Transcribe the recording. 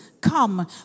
come